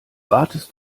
wartest